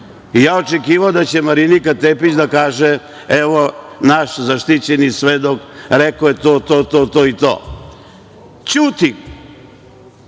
i ja očekivao da će Marinika Tepić da kaže - evo naš zaštićeni svedok rekao je to, to, to i to. Ćuti,